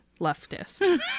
leftist